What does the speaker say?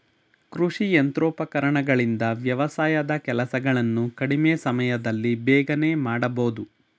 ಕೃಷಿ ಯಂತ್ರೋಪಕರಣಗಳಿಂದ ವ್ಯವಸಾಯದ ಕೆಲಸಗಳನ್ನು ಕಡಿಮೆ ಸಮಯದಲ್ಲಿ ಬೇಗನೆ ಮಾಡಬೋದು